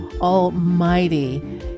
Almighty